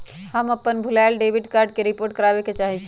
हम अपन भूलायल डेबिट कार्ड के रिपोर्ट करावे के चाहई छी